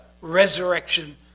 resurrection